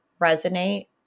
resonate